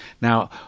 Now